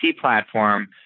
platform